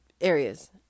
areas